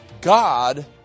God